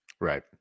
Right